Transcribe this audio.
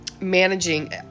managing